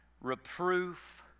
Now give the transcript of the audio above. reproof